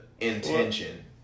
intention